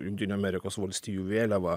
jungtinių amerikos valstijų vėliava